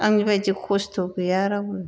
आंनि बायदि खस्थ' गैया रावबो